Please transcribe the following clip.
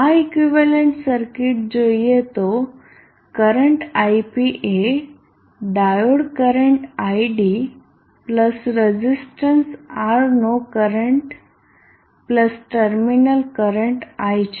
આ equivalent circuit જોઈએ તો કરંટ ip એ diode current id plus resistance R નો current plus terminal current i છે